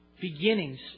beginnings